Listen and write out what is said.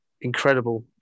incredible